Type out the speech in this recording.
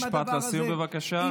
משפט לסיום, בבקשה.